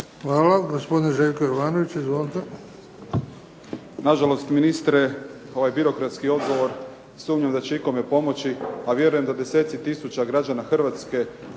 Hvala. Gospodin Željko Jovanović. Izvolite. **Jovanović, Željko (SDP)** Na žalost ministre ovaj birokratski odgovor sumnjam da će ikome pomoći, a vjerujem da deseci tisuća građana Hrvatske